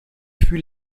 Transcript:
fut